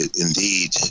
indeed